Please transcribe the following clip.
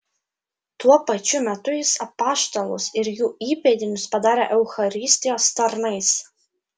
tuo pačiu metu jis apaštalus ir jų įpėdinius padarė eucharistijos tarnais